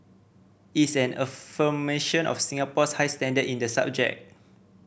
it's an affirmation of Singapore's high standard in the subject